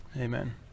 Amen